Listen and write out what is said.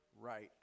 right